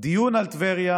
דיון על טבריה,